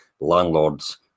landlords